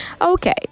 Okay